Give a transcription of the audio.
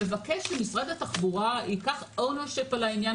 מבקש שמשרד התחבורה ייקח בעלות על העניין